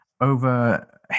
over